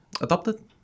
adopted